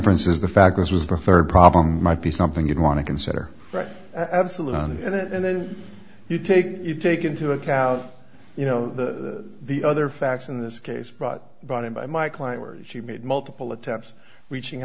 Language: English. france is the fact this was the third problem might be something you'd want to consider right absolutely and then you take it take into account you know the the other facts in this case brought brought in by my client where she made multiple attempts reaching